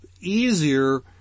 easier